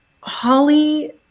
Holly